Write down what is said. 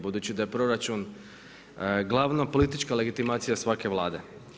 Budući da je proračun glavna politička legitimacija svake Vlade.